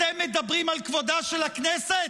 אתם מדברים על כבודה של הכנסת?